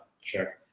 Sure